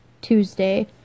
Tuesday